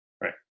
right